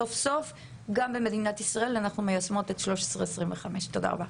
סוף סוף גם במדינת ישראל אנחנו מיישמות את 1325. תודה רבה.